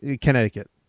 Connecticut